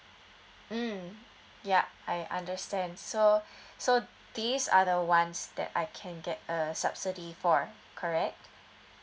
mm ya I understand so so these are the ones that I can get a subsidy for correct